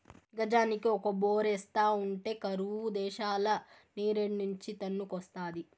గజానికి ఒక బోరేస్తా ఉంటే కరువు దేశంల నీరేడ్నుంచి తన్నుకొస్తాది